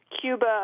Cuba